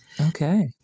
Okay